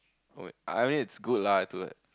oh I mean it's good lah to like